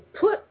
put